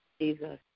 Jesus